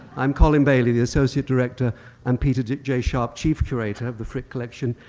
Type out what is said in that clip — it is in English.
i'm collin bailey, the associate director and peter jay jay sharp chief curator of the frick collection,